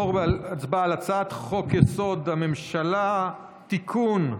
להצבעה על הצעת חוק-יסוד: הממשלה (תיקון,